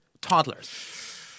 Toddlers